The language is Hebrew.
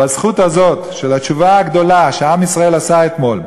בזכות הזאת של התשובה הגדולה שעם ישראל עשה אתמול,